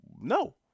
no